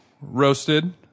roasted